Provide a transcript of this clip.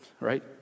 right